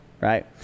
right